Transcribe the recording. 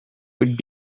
would